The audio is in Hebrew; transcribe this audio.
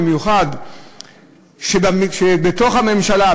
במיוחד שבתוך הממשלה,